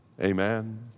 Amen